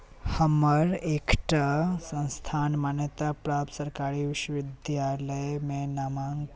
हमर एकटा सँस्थान मान्यता प्राप्त सरकारी विश्वविद्यालयमे नामाङ्कन